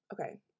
Okay